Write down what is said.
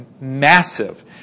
massive